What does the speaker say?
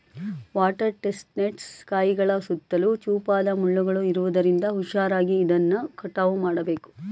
water chestnuts ಕಾಯಿಗಳ ಸುತ್ತಲೂ ಚೂಪಾದ ಮುಳ್ಳುಗಳು ಇರುವುದರಿಂದ ಹುಷಾರಾಗಿ ಇದನ್ನು ಕಟಾವು ಮಾಡಬೇಕು